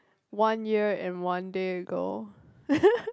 one year and one day ago